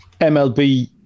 mlb